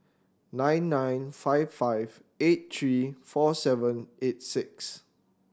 nine nine five five eight three four seven eight six